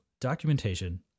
documentation